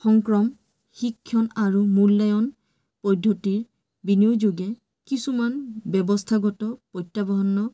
সংক্ৰম শিক্ষণ আৰু মূল্যায়ন পদ্ধতিৰ বিনিয়োগে কিছুমান ব্যৱস্থাগত প্ৰত্যাহ্বান